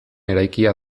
eraikia